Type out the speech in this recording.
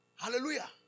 Hallelujah